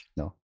no